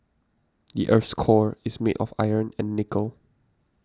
the earth's core is made of iron and nickel